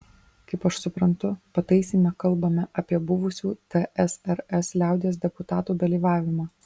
kaip aš suprantu pataisyme kalbame apie buvusių tsrs liaudies deputatų dalyvavimą